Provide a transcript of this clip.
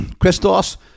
Christos